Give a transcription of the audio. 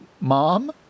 Mom